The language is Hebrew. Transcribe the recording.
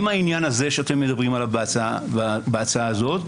העניין הזה שאתם מדברים עליו בהצעה הזאת,